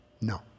No